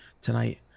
tonight